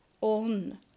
on